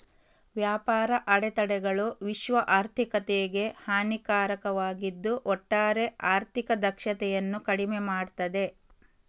ವ್ಯಾಪಾರ ಅಡೆತಡೆಗಳು ವಿಶ್ವ ಆರ್ಥಿಕತೆಗೆ ಹಾನಿಕಾರಕವಾಗಿದ್ದು ಒಟ್ಟಾರೆ ಆರ್ಥಿಕ ದಕ್ಷತೆಯನ್ನ ಕಡಿಮೆ ಮಾಡ್ತದೆ